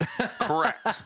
correct